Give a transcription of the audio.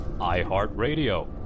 iHeartRadio